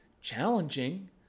Challenging